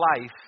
life